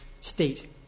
state